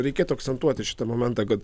reikėtų akcentuoti šitą momentą kad